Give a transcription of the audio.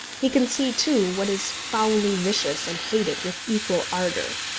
he can see, too, what is foully vicious and hate it with equal ardour.